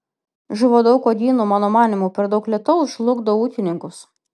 žuvo daug uogynų mano manymu per daug lietaus žlugdo ūkininkus